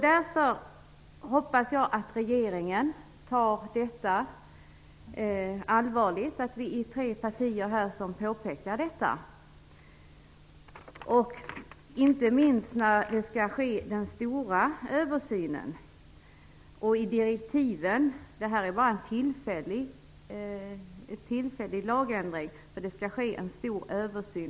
Därför hoppas jag att regeringen tar på allvar att tre partier påpekar detta, inte minst när den stora översynen skall ske. Detta är bara en tillfällig lagändring, eftersom det skall göras en stor översyn.